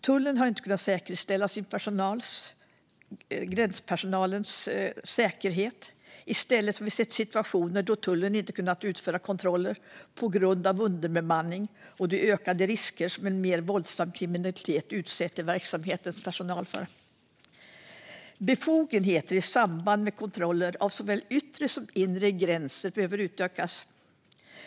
Tullverket har inte kunnat säkerställa gränspersonalens säkerhet. I stället har vi sett situationer då tullen inte har kunnat utföra kontroller på grund av underbemanning och de ökade risker som en mer våldsam kriminalitet utsätter verksamhetens personal för. Befogenheter i samband med kontroller vid såväl yttre som inre gränser behöver utökas.